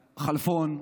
הציבורי.